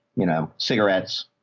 you know, cigarettes.